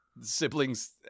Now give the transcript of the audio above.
siblings